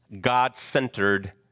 God-centered